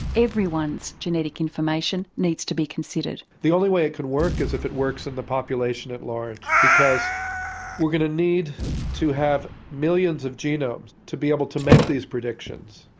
everyone's genetic information needs to be considered. the only way it can work is if it works in the population at large, because we're going to need to have millions of genomes to be able to make these predictions.